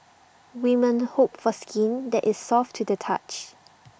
women hope for skin that is soft to the touch